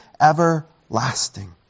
everlasting